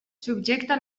subjecta